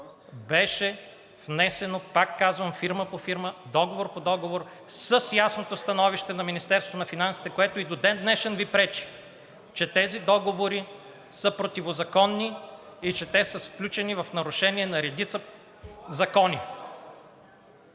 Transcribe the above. беше внесено, пак казвам, фирма по фирма, договор по договор, с ясното становище на Министерството на финансите, което и до ден днешен Ви пречи, че тези договори са противозаконни и че те са сключени в нарушение на редица закони.